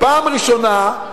פעם ראשונה,